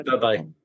Bye-bye